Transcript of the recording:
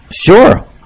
sure